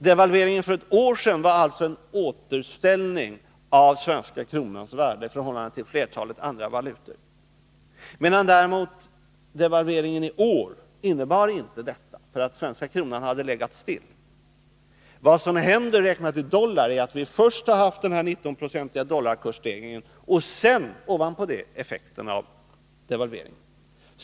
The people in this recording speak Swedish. Devalveringen för ett år sedan var en återställning av den svenska kronans värde i förhållande till flertalet andra valutor, medan däremot devalveringen i år inte innebär detta, eftersom den svenska kronan hade legat still. Vad som nu har hänt, i relation till dollarn, är att vi först har haft den 19-procentiga dollarkursstegringen och, ovanpå den, effekterna av devalveringen.